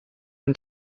own